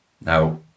Now